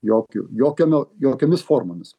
jokių jokiame jokiomis formomis